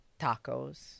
tacos